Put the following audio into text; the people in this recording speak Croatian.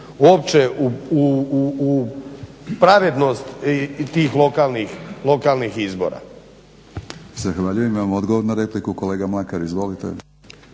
opće u pravednost tih lokalnih izbora. **Batinić, Milorad (HNS)** Odgovor na repliku, kolega Mlakar izvolite.